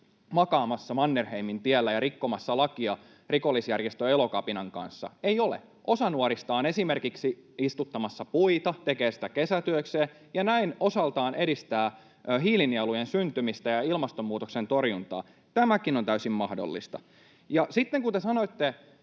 makaamassa ja rikkomassa lakia rikollisjärjestö Elokapinan kanssa. Eivät ole. Osa nuorista on esimerkiksi istuttamassa puita, tekee sitä kesätyökseen ja näin osaltaan edistää hiilinielujen syntymistä ja ilmastonmuutoksen torjuntaa. Tämäkin on täysin mahdollista. Ja sitten te sanoitte